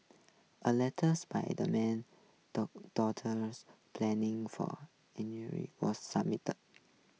a letters by the man daughters planing for was